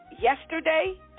yesterday